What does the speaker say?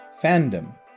fandom